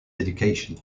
education